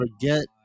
forget